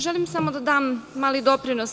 Želim samo da dam mali doprinos.